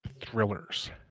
thrillers